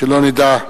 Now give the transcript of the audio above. שלא נדע.